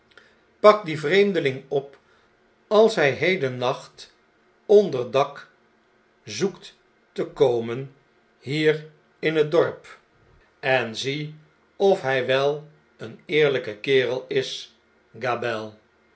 dien vreemdeling op als hy hedennacht onder dak zoekt te komen hier in het dorp en zie of hjj wel een eerlyke kerel is